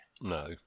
No